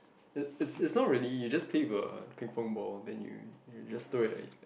it it's it's not really you just play with the Ping-Pong ball then you you just throw it like